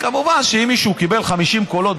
כמובן שאם מישהו קיבל 50 קולות,